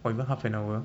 but even half an hour